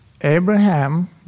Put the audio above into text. Abraham